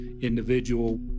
individual